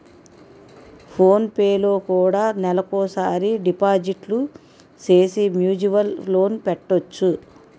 phone పేలో కూడా నెలకోసారి డిపాజిట్లు సేసి మ్యూచువల్ లోన్ పెట్టొచ్చు